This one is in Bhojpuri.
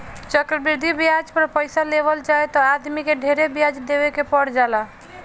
चक्रवृद्धि ब्याज पर पइसा लेवल जाए त आदमी के ढेरे ब्याज देवे के पर जाला